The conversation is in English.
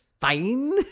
fine